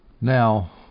Now